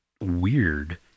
weird